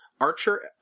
Archer